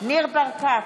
ניר ברקת,